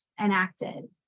enacted